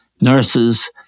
nurses